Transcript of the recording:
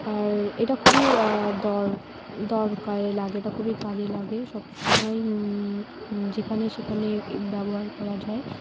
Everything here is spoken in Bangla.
আর এটা খুবই দর দরকারে লাগে এটা খুবই কাজে লাগে সবসময় যেখানে সেখানে ব্যবহার করা যায়